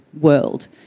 world